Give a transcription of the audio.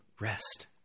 rest